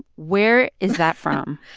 where is that from?